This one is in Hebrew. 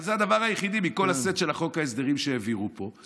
אבל זה הדבר היחיד מכל הסט של חוק ההסדרים שהעבירו פה,